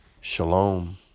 Shalom